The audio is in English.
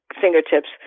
fingertips